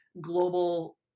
global